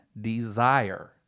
desire